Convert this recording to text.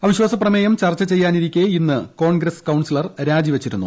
അവിശ്വാസപ്രമേയം ചർച്ച് ചെയ്യാനിരിക്കെ ഇന്ന് കോൺഗ്രസ്സ് കൌൺസിലർ രാജി വച്ചിരുന്നു